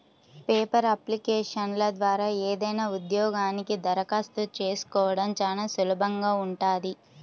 paper అప్లికేషన్ల ద్వారా ఏదైనా ఉద్యోగానికి దరఖాస్తు చేసుకోడం చానా సులభంగా ఉంటది